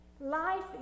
life